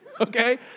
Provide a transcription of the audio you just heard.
okay